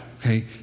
okay